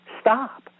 stop